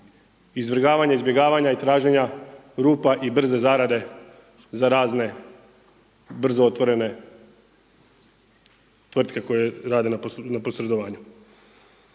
izvrgavanja, izbjegavanja i traženja rupa i brze zarade za razne brzo otvorene tvrtke koje rade na posredovanju.